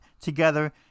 together